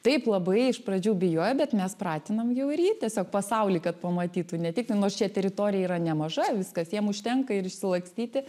taip labai iš pradžių bijojo bet mes pratinam jau ir jį tiesiog pasaulį kad pamatytų ne tik tai nors čia teritorija yra nemaža viskas jam užtenka ir išsilakstyti